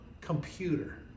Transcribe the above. computer